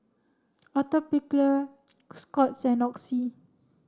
Atopiclair Scott's and Oxy